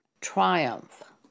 triumph